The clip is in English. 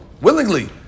Willingly